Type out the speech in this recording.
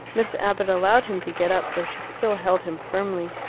miss abbott allowed him to get up, though she still held him firmly.